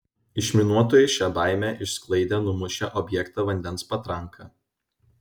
išminuotojai šią baimę išsklaidė numušę objektą vandens patranka